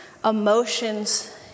Emotions